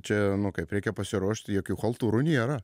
čia nu kaip reikia pasiruošti jokių chaltūrų nėra